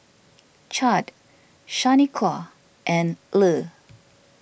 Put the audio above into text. Chadd Shaniqua and Le